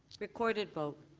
recorded vote.